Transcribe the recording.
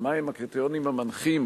ומהם הקריטריונים המנחים,